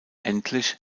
endlich